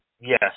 Yes